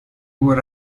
what